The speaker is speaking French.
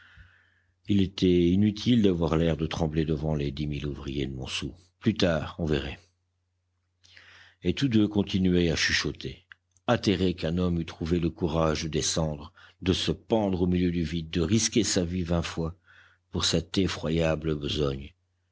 il était inutile d'avoir l'air de trembler devant les dix mille ouvriers de montsou plus tard on verrait et tous deux continuaient à chuchoter atterrés qu'un homme eût trouvé le courage de descendre de se pendre au milieu du vide de risquer sa vie vingt fois pour cette effroyable besogne